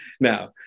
Now